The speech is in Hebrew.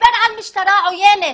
שדיבר על משטרה עוינת,